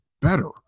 better